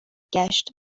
گشت